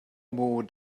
more